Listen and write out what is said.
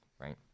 right